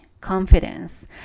confidence